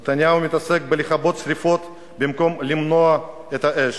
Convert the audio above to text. נתניהו מתעסק בלכבות שרפות במקום למנוע את האש.